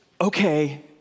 okay